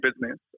business